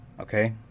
Okay